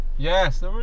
Yes